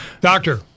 Doctor